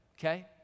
Okay